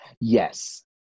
Yes